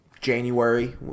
January